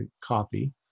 copy